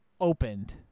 opened